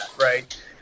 right